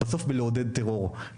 בסוף בלעודד טרור,